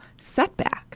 setback